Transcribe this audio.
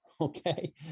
okay